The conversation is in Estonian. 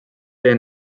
tee